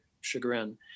chagrin